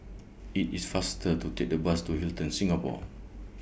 IT IS faster to Take The Bus to Hilton Singapore